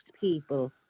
people